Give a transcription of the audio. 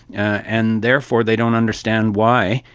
and therefore they don't understand why,